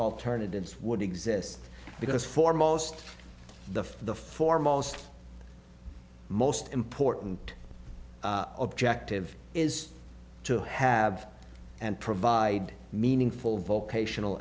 alternatives would exist because for most the the foremost most important objective is to have and provide meaningful vocational